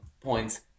points